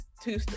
two